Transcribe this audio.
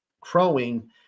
crowing